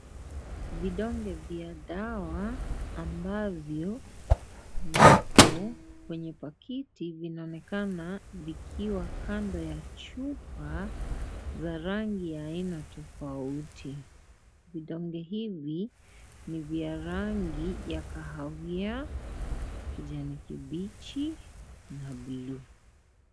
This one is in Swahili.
Vidonge vya dawa ambavyo vipo kwenye pakiti vinaonekana vikiwa kando ya chupa za rangi ya aina tofauti .Vidonge hivi ni vya rangi ya kahawia kijani ,kibichi na bulu.